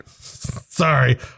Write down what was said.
sorry